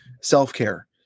Self-care